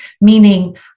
meaning